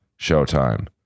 Showtime